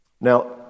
Now